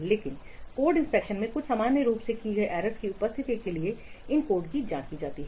लेकिन code inspection में कुछ सामान्य रूप से की गई एरर्स की उपस्थिति के लिए इन कोड की जांच की जाती है